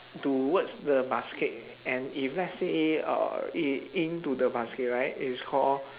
towards the basket and if let's say uh it in to the basket right it's call